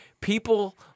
People